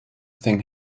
thing